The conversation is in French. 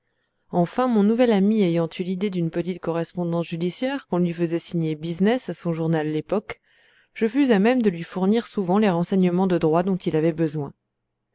enfin mon nouvel ami ayant eu l'idée d'une petite correspondance judiciaire qu'on lui faisait signer business à son journal l'époque je fus à même de lui fournir souvent les renseignements de droit dont il avait besoin